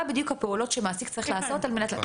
בדיוק הפעולות שמעסיק צריך לעשות על מנת --- כן.